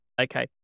Okay